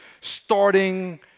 starting